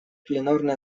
пленарное